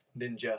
ninja